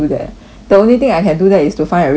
the only thing I can do that is to find a rich man now ah